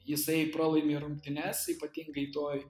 jisai pralaimi rungtynes ypatingai toj